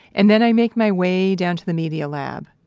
and then i make my way down to the media lab.